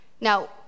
Now